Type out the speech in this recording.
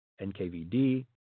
NKVD